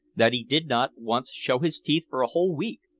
that he did not once show his teeth for a whole week,